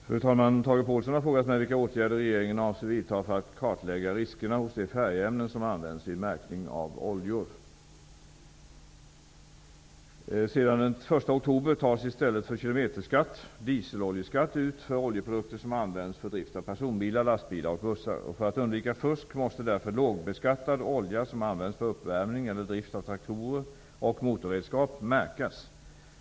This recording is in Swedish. Fru talman! Tage Påhlsson har frågat mig vilka åtgärder regeringen avser vidta för att kartlägga riskerna hos de färgämnen som används vid märkning av oljor. Sedan den 1 oktober tas i stället för kilometerskatt, dieseloljeskatt ut för oljeprodukter som används för drift av personbilar, lastbilar och bussar. För att undvika fusk måste därför lågbeskattad olja som används för uppvärmning eller drift av traktorer och motorredskap märkas.